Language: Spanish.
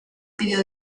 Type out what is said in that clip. pidió